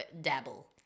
dabble